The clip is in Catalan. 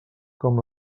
com